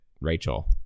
Rachel